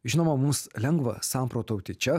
žinoma mums lengva samprotauti čia